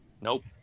Nope